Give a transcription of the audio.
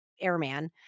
airman